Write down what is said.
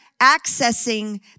accessing